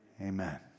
amen